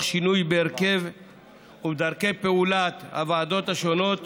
שינוי בהרכב ובדרכי הפעולה של הוועדות השונות